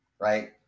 Right